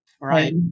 Right